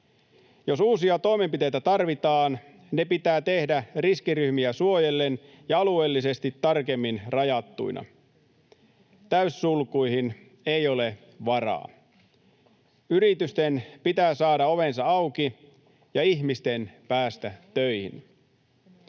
Jos uusia toimenpiteitä tarvitaan, ne pitää tehdä riskiryhmiä suojellen ja alueellisesti tarkemmin rajattuina. Täyssulkuihin ei ole varaa. Yritysten pitää saada ovensa auki ja ihmisten päästä töihin.